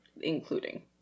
including